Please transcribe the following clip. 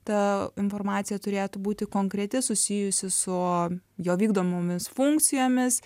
ta informacija turėtų būti konkreti susijusi su jo vykdomomis funkcijomis